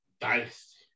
dynasty